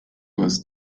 was